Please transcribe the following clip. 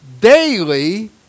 daily